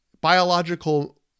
biological